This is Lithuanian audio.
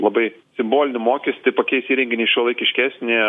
labai simbolinį mokestį pakeis įrenginį į šiuolaikiškesnį